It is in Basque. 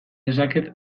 dezaket